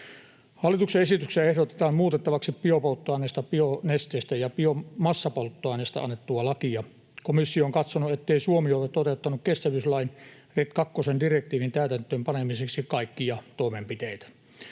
Hallituksen esityksessä ehdotetaan muutettavaksi biopolttoaineista, bionesteistä ja biomassapolttoaineista annettua lakia. Komissio on katsonut, ettei Suomi ole toteuttanut kestävyyslaki RED kakkosen direktiivin täytäntöön panemiseksi kaikkia toimenpiteitä.